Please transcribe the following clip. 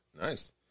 Nice